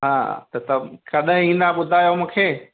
हा त कॾहिं ईंदा ॿुधायो मूंखे